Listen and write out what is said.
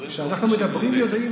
מדברים ויודעים.